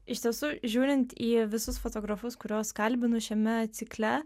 iš tiesų žiūrint į visus fotografus kuriuos kalbinu šiame cikle